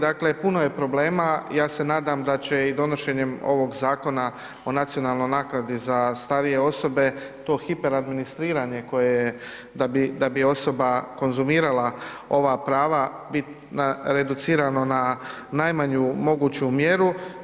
Dakle, puno je problema, ja se nadam da će i donošenjem ovog Zakona o nacionalnoj naknadi za starije osobe to hiperadministriranje koje, da bi osoba konzumirala ova prava bit reducirano na najmanju moguću mjeru.